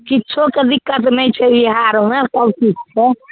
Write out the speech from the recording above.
किछुके दिक्कत नहि छै बिहारमे सबकिछु छै